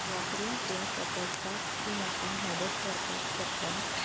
वापरून तें तूं तपासपाक म्हाका मदत करपाक शकता